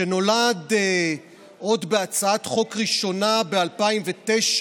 שנולד עוד בהצעת חוק ראשונה ב-2009,